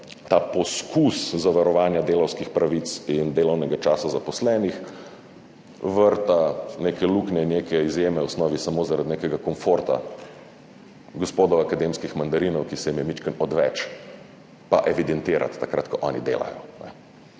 ta poskus zavarovanja delavskih pravic in delovnega časa zaposlenih vrta neke luknje in neke izjeme, v osnovi samo zaradi nekega komforta gospodov akademskih mandarinov, ki se jim je majčkeno odveč evidentirati takrat, ko oni delajo.